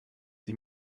sie